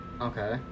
Okay